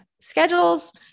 schedules